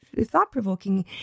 thought-provoking